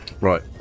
Right